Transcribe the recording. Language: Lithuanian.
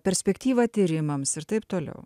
perspektyvą tyrimams ir taip toliau